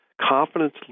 confidence